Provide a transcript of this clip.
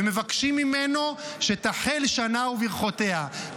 ומבקשים ממנו שתחל שנה וברכותיה,